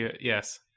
yes